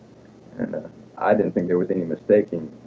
and i didn't think there was any mistake in,